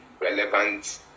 relevant